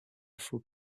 faut